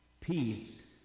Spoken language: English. peace